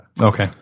Okay